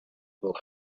will